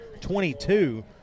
22